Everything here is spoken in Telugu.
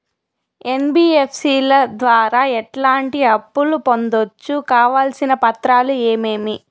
ఎన్.బి.ఎఫ్.సి ల ద్వారా ఎట్లాంటి అప్పులు పొందొచ్చు? కావాల్సిన పత్రాలు ఏమేమి?